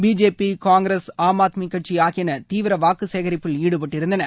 BJP Congress Aam Aadmi கட்சி ஆகியன தீவிர வாக்கு சேகரிப்பில் ஈடுபட்டிருந்தன